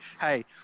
hey